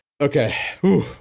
Okay